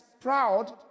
proud